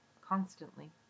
constantly